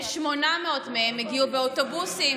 כ-800 מהם הגיעו באוטובוסים,